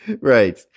Right